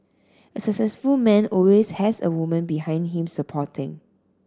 a successful man always has a woman behind him supporting